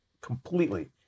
completely